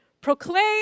Proclaim